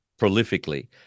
prolifically